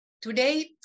Today